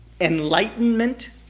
enlightenment